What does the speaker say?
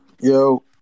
Yo